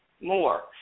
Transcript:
More